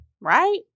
Right